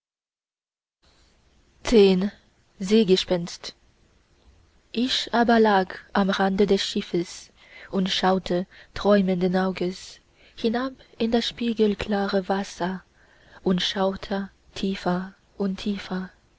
ich aber lag am rande des schiffes und schaute träumenden auges hinab in das spiegelklare wasser und schaute tiefer und tiefer